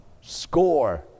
Score